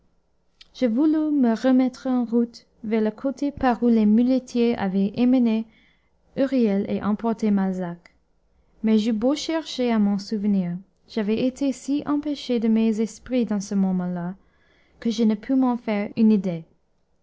je voulus me remettre en route vers le côté par où les muletiers avaient emmené huriel et emporté malzac mais j'eus beau chercher à m'en souvenir j'avais été si empêché de mes esprits dans ce moment-là que je ne pus m'en faire une idée